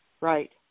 Right